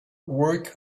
work